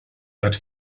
that